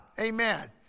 Amen